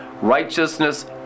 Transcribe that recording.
righteousness